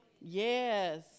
Yes